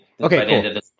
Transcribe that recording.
Okay